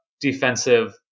defensive